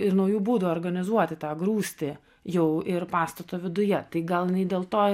ir naujų būdų organizuoti tą grūstį jau ir pastato viduje tai gal dėl to